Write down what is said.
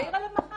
כשל תמורה חלקי.